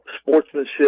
Sportsmanship